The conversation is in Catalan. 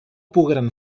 pogueren